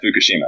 Fukushima